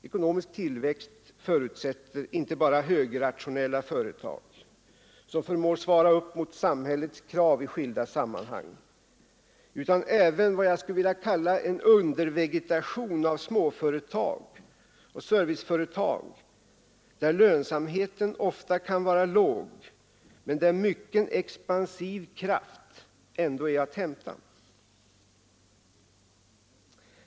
Ekonomisk tillväxt förutsätter inte bara högrationella företag, som förmår svara upp mot samhällets krav i skilda sammanhang, utan även vad jag skulle vilja kalla en undervegetation av småföretag och serviceföretag, där lönsamheten ofta kan vara låg men där mycken expansiv kraft ändå är att hämta.